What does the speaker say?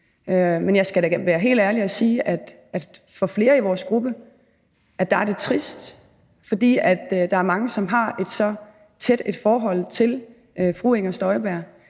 Men jeg skal da være helt ærlig og sige, at det for flere i vores gruppe er trist, fordi der er mange, som har et tæt forhold til fru Inger Støjberg.